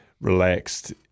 relaxed